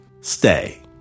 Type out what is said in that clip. stay